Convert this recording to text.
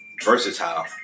versatile